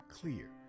clear